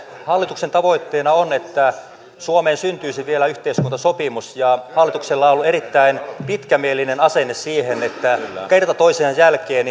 hallituksen tavoitteena on että suomeen syntyisi vielä yhteiskuntasopimus ja hallituksella on ollut erittäin pitkämielinen asenne siihen kerta toisensa jälkeen